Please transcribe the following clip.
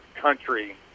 country